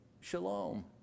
shalom